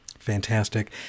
fantastic